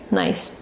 nice